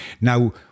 now